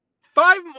Five